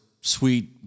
sweet